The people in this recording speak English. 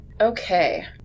Okay